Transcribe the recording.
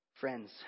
Friends